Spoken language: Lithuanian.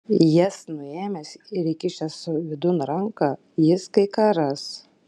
jas nuėmęs ir įkišęs vidun ranką jis kai ką ras